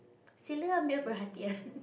Celia male